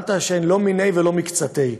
הבנת שלא מיניה ולא מקצתיה,